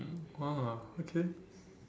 !wah! okay